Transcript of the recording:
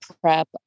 prep